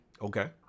okay